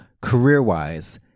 career-wise